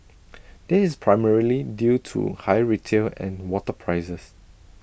this is primarily due to higher retail and water prices